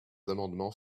amendements